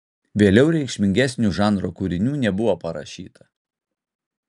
vėliau reikšmingesnių žanro kūrinių nebuvo parašyta